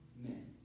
men